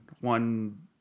one